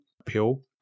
appeal